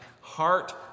heart